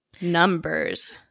numbers